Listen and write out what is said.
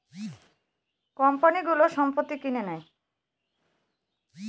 কোম্পানিগুলো সম্পত্তি কিনে নেয়